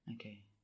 Okay